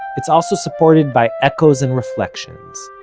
it's also supported by echoes and reflections,